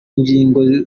ngingo